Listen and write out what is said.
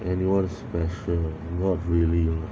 anyone special ah not really lah